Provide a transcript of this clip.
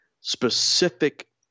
specific